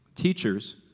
Teachers